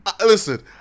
Listen